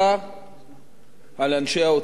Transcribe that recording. על אנשי האוצר ועל פקידי האוצר.